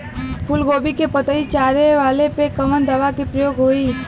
फूलगोभी के पतई चारे वाला पे कवन दवा के प्रयोग होई?